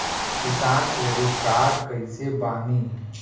किसान credit card कइसे बानी?